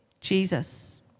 Jesus